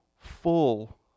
full